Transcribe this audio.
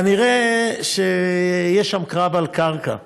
כנראה יש שם קרב על קרקע,